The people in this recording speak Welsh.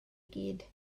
gyd